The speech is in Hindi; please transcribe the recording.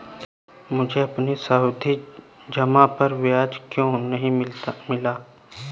मुझे अपनी सावधि जमा पर ब्याज क्यो नहीं मिला?